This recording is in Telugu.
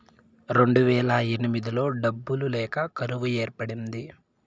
రెండువేల ఎనిమిదిలో డబ్బులు లేక కరువు ఏర్పడింది